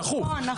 נכון, נכון.